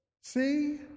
See